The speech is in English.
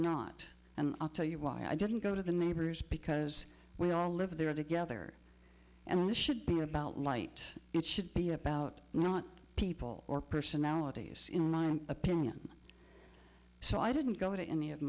not and i'll tell you why i didn't go to the neighbors because we all live there together and this should be about light it should be about not people or personalities in my opinion so i didn't go to any of